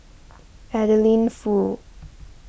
Adeline Foo